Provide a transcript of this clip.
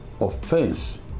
offense